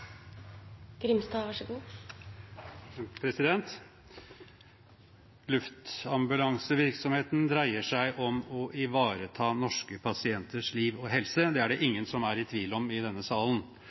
Luftambulansevirksomheten dreier seg om å ivareta norske pasienters liv og helse. Det er det ingen som er i tvil om i denne salen.